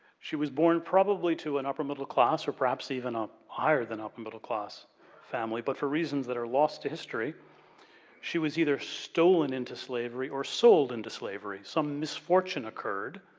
she was born probably to an upper middle class or perhaps even a higher than upper middle class family, but for reasons that are lost to history she was either stolen into slavery or sold into slavery. some misfortune occurred